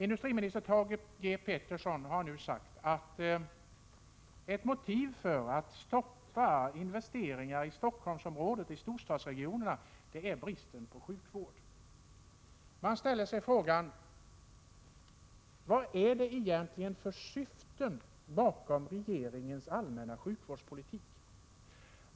Industriminister Thage G. Peterson har sagt att ett motiv för att stoppa investeringar i Stockholmsområdet och i storstadsregionerna är bristen på sjukvård. Man ställer sig frågan: Vilken syn ligger egentligen bakom regeringens allmänna sjukvårdspolitik?